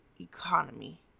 economy